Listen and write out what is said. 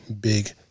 big